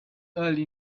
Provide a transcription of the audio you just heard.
early